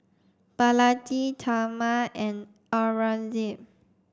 Balaji Tharman and Aurangzeb